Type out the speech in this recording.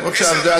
בסדר.